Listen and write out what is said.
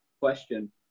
question